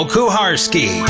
Kuharski